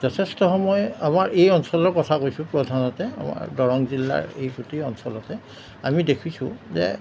যথেষ্ট সময় আমৰ এই অঞ্চলৰ কথা কৈছোঁ প্ৰধানতে আমাৰ দৰং জিলাৰ এই গোটেই অঞ্চলতে আমি দেখিছোঁ যে